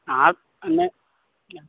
अहाँ नहि